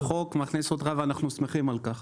החוק מכניס אותך, ואנחנו שמחים על כך.